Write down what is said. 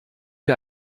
wir